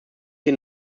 den